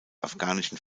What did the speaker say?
afghanischen